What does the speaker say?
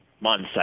months